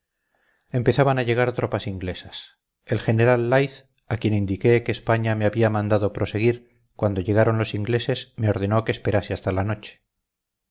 empezaban a llegar tropas inglesas el general leith a quien indiqué que españa me había mandado proseguir cuando llegaron los ingleses me ordenó que esperase hasta la noche